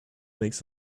makes